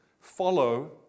follow